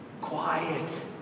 Quiet